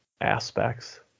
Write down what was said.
aspects